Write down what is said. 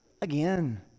again